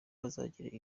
bazagera